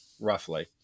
roughly